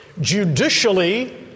Judicially